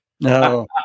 No